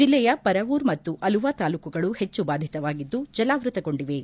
ಜಿಲ್ಲೆಯ ಪರವೂರ್ ಮತ್ತು ಅಲುವಾ ತಾಲೂಕುಗಳು ಹೆಚ್ಚು ಬಾಧಿತವಾಗಿದ್ದು ಜಲಾವೃತಗೊಂಡಿವೆ